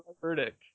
verdict